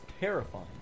terrifying